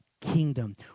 kingdom